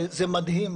זה מדהים,